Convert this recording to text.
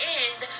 end